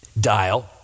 dial